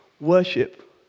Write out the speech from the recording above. worship